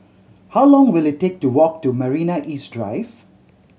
how long will it take to walk to Marina East Drive